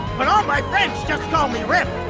but all my friends just call me rip.